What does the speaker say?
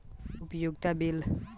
उपयोगिता बिल केतना प्रकार के होला?